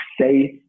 safe